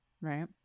right